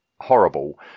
horrible